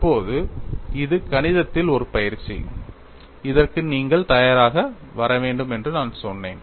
இப்போது இது கணிதத்தில் ஒரு பயிற்சி இதற்கு நீங்கள் தயாராக வர வேண்டும் என்று சொன்னேன்